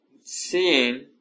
seeing